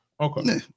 Okay